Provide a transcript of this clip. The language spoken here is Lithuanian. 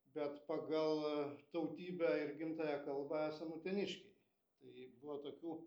bet pagal tautybę ir gimtąją kalbą esam uteniškiai tai buvo tokių